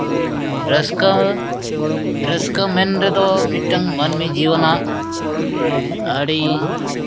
ᱨᱟᱹᱥᱠᱟᱹ ᱨᱟᱹᱥᱠᱟᱹ ᱢᱮᱱ ᱨᱮᱫᱚ ᱢᱤᱫᱴᱟᱱ ᱢᱟᱹᱱᱢᱤ ᱡᱤᱭᱚᱱᱟᱜ ᱟᱹᱰᱤ